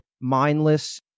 mindless